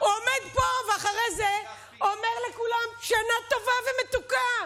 עומד פה, ואחרי זה אומר לכולם: שנה טובה ומתוקה.